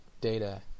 Data